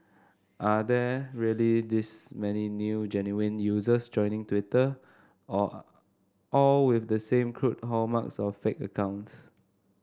are there really this many new genuine users joining Twitter all all with the same crude hallmarks of fake accounts